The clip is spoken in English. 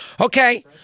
Okay